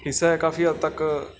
ਹਿੱਸਾ ਹੈ ਕਾਫੀ ਹੱਦ ਤੱਕ